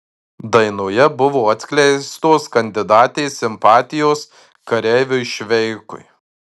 dainoje buvo atskleistos kandidatės simpatijos kareiviui šveikui